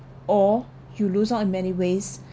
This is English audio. or you lose out in many ways